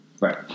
Right